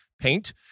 paint